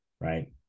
Right